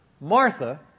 Martha